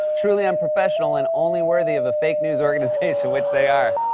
truly unprofessional and only worthy of a fake-news organization which they are.